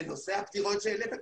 לנושא הפטירות שהעלית,